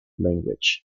language